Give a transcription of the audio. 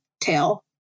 tail